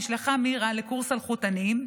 נשלחה מירה לקורס אלחוטנים,